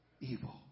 Evil